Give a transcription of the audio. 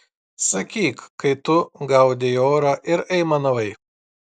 sakyk kai tu gaudei orą ir aimanavai